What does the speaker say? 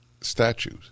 statues